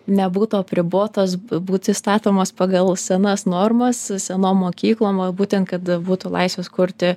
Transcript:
nebūtų apribotas būti statomos pagal senas normas senom mokyklom o būtent kad būtų laisvės kurti